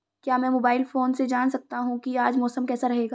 क्या मैं mobile phone से जान सकता हूँ कि आज मौसम कैसा रहेगा?